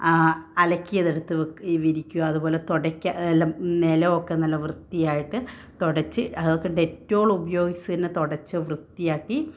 അലക്കിയതെടുത്ത് വെക്കുക വിരിക്കുക അതുപോലെ തുടക്കുക നിലമൊക്കെ നല്ല വൃത്തിയായിട്ട് തുടച്ച് അതൊക്കെ ഡെറ്റോൾ ഉപയോഗിച്ചു തന്നെ തുടച്ച് വൃത്തിയാക്കി